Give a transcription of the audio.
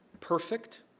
perfect